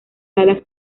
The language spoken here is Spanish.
salas